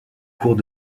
courts